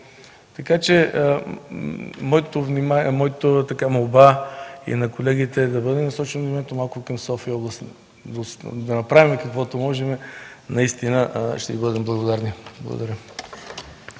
така че моята молба, както и на колегите, е да бъде насочено вниманието малко и към София област и да направим каквото можем. Наистина ще Ви бъдем благодарни. Благодаря.